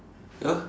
ya